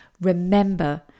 remember